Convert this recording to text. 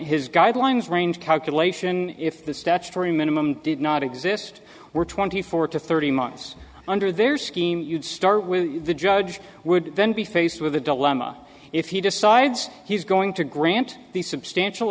his guidelines range calculation if the statutory minimum did not exist were twenty four to thirty months under their scheme you'd start with the judge would then be faced with a dilemma if he decides he's going to grant the substantial